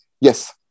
yes